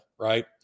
right